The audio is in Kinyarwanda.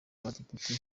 abadepite